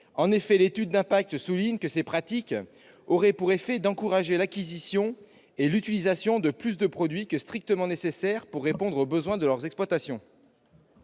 En effet, l'étude d'impact souligne que ces pratiques auraient pour effet d'encourager l'acquisition et l'utilisation de plus de produits que strictement nécessaire pour répondre aux besoins de leurs exploitations.